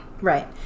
Right